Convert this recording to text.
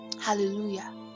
Hallelujah